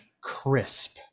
crisp